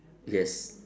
yes